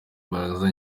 imbaga